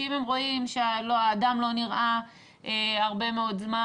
שאם הם רואים שהאדם לא נראה הרבה מאוד זמן